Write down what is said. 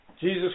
Jesus